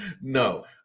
No